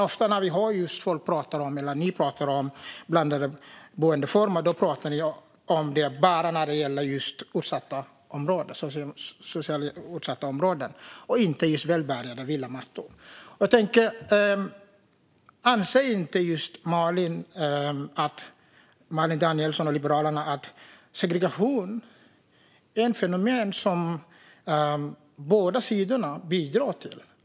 Ofta när ni pratar om blandade boendeformer pratar ni om det bara när det gäller socialt utsatta områden och inte just välbärgade villamattor. Anser inte Malin Danielsson och Liberalerna att segregation är ett fenomen som båda sidor bidrar till?